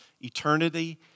eternity